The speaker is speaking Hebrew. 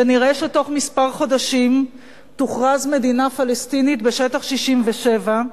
ונראה שבתוך כמה חודשים תוכרז מדינה פלסטינית בשטח 67',